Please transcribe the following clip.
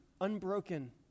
unbroken